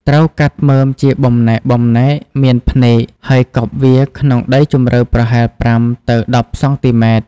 ត្រូវកាត់មើមជាបំណែកៗ មានភ្នែក ហើយកប់វាក្នុងដីជម្រៅប្រហែល ៥ ទៅ ១០ សង់ទីម៉ែត្រ។